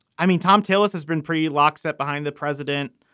i mean, thom tillis has been pretty lockstep behind the president.